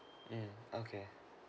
mmhmm okay